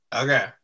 Okay